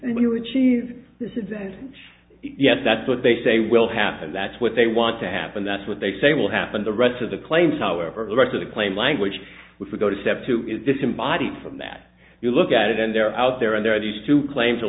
and yes that's what they say will happen that's what they want to happen that's what they say will happen the rest of the claims however the rest of the claim language which we go to step two is this somebody from that you look at it and they're out there and there are these two claims